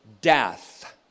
death